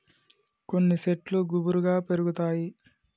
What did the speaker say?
కొన్ని శెట్లు గుబురుగా పెరుగుతాయి